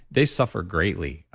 they suffer greatly,